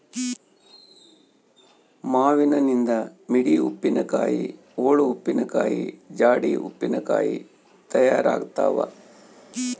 ಮಾವಿನನಿಂದ ಮಿಡಿ ಉಪ್ಪಿನಕಾಯಿ, ಓಳು ಉಪ್ಪಿನಕಾಯಿ, ಜಾಡಿ ಉಪ್ಪಿನಕಾಯಿ ತಯಾರಾಗ್ತಾವ